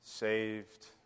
Saved